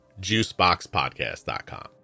JuiceBoxPodcast.com